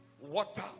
water